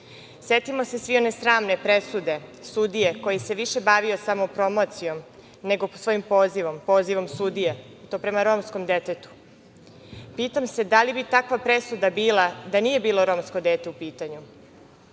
se svi one sramne presude sudije koji se više bavio samopromocijom nego svojim pozivom, pozivom sudije i to prema romskom detetu. Pitam se da li bi takva presuda bila da nije bilo romsko dete u pitanju?